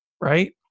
right